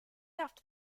after